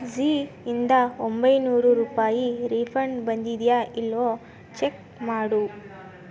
Zee ಇಂದ ಒಂಬೈನೂರು ರೂಪಾಯಿ ರೀಫಂಡ್ ಬಂದಿದೆಯಾ ಇಲ್ಲವೋ ಚೆಕ್ ಮಾಡು